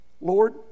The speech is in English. Lord